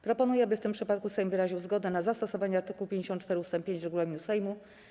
Proponuję, aby w tym przypadku Sejm wyraził zgodę na zastosowanie art. 54 ust. 5 regulaminu Sejmu.